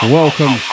welcome